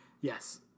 Yes